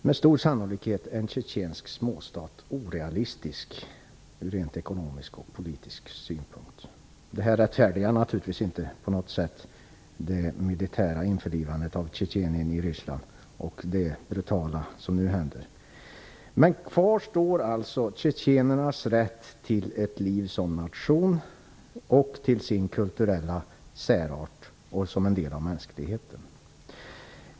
Med stor sannolikhet är en tjetjensk småstat orealistisk, från rent ekonomisk och politisk synpunkt. Det rättfärdigar naturligtvis inte det militära införlivandet av Tjetjenien med Ryssland och det brutala som nu händer. Kvar står alltså tjetjenernas rätt till ett liv som nation, till sin kulturella särart och som en del av mänskligheten.